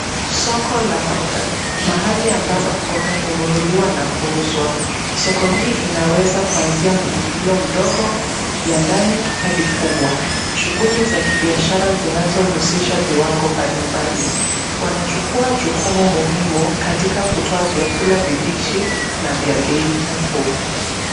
Soko la mboga. Mahali ambapo mboga hununuliwa na kuuzwa. Soko hii inaweza kuanzia mpangilio mdogo ya ndani hadi kubwa. Shughuli za kibiashara zinazo husisha viwango mbalimbali. Wanachukua jukumu katika kutoa vyakula vibichi na vya bei nafuu.